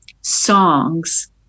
songs